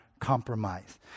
compromise